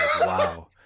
wow